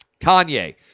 Kanye